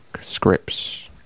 scripts